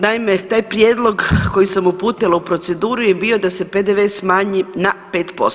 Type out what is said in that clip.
Naime, taj prijedlog koji sam uputila u proceduru je bio da se PDV smanji na 5%